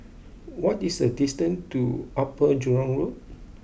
what is the distance to Upper Jurong Road